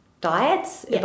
diets